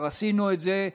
עשינו את זה.